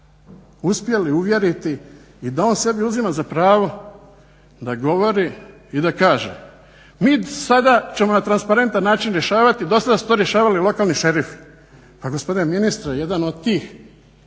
uspjeli uvjeriti i da on sebi uzima za pravo da govori i da kaže mi sada ćemo na transparentan način rješavati, do sada su to rješavali lokalni šerifi. Pa gospodine ministre jedan od tih